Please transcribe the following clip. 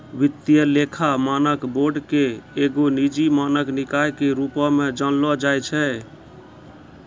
वित्तीय लेखा मानक बोर्ड के एगो निजी मानक निकाय के रुपो मे जानलो जाय छै